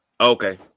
Okay